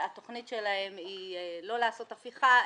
והתוכנית שלהם היא לא לעשות הפיכה,